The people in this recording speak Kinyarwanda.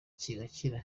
kigakira